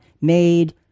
made